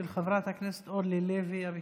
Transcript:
של חברת הכנסת אורלי לוי אבקסיס,